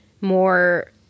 more